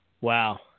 Wow